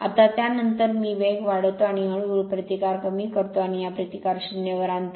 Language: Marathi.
आता त्या नंतर मी वेग वाढवितो आणि हळू हळू प्रतिकार कमी करतो आणि हा प्रतिकार 0 वर आणतो